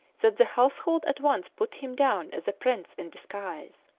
that the household at once put him down as a prince in disguise.